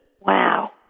Wow